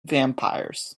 vampires